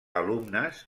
alumnes